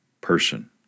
person